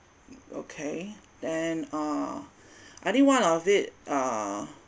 okay then uh I think one of it uh